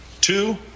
Two